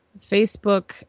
Facebook